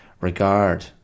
regard